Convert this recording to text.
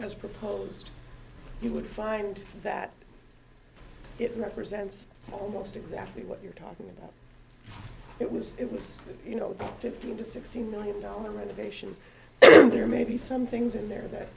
renovation as proposed you would find that it represents almost exactly what you're talking about it was it was you know fifteen to sixteen million dollar renovation there may be some things in there that